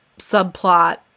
subplot